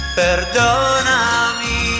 perdonami